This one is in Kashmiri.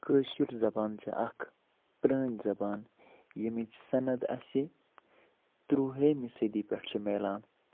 کٲشِر زَبان چھےٚ اکھ پرٲنۍ زَبان ییٚمِچ صنَد اَسہِ تروہمہِ صٔدی پٮ۪ٹھ چھِ مِلان